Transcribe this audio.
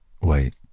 Wait